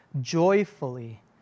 joyfully